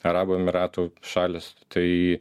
arabų emyratų šalys tai